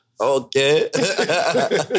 okay